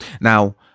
Now